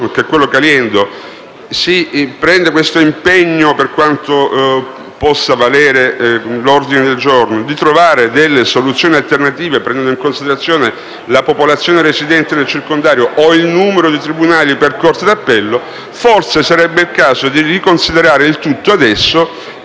Casson e Caliendo, prende questo impegno - per quanto possa valere un ordine del giorno - di trovare soluzioni alternative prendendo in considerazione la popolazione residente nel circondario o il numero di tribunali per corte d'appello, forse sarebbe il caso di riconsiderare il tutto adesso